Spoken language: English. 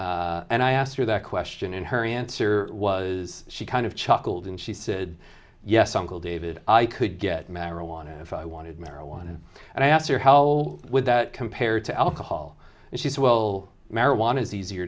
community and i asked her that question in her answer was she kind of chuckled and she said yes uncle david i could get marijuana if i wanted marijuana and i asked her how would that compare to alcohol and she said well marijuana is easier